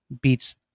beats